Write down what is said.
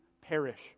perish